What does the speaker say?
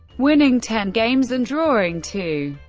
winning ten games and drawing two.